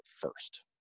first